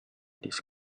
this